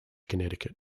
connecticut